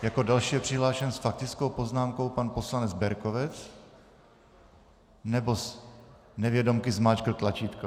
Jako další je přihlášen s faktickou poznámkou pan poslanec Berkovec, nebo nevědomky zmáčkl tlačítko?